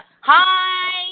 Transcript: Hi